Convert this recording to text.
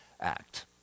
act